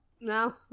no